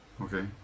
Okay